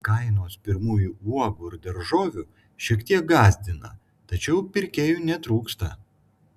kainos pirmųjų uogų ir daržovių šiek tiek gąsdina tačiau pirkėjų netrūksta